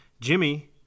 Jimmy